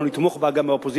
אנחנו נתמוך בה גם באופוזיציה.